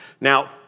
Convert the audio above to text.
now